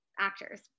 actors